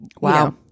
Wow